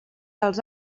els